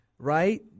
Right